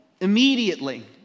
immediately